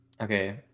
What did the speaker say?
Okay